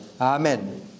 Amen